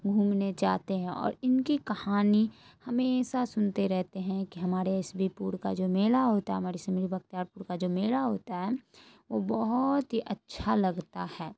گھومنے جاتے ہیں اور ان کی کہانی ہمیشہ سنتے رہتے ہیں کہ ہمارے ایس بی پور کا جو میلہ ہوتا ہے ہمارے سمری بختیار پور کا جو میلہ ہوتا ہے وہ بہت ہی اچھا لگتا ہے